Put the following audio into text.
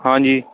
ਹਾਂਜੀ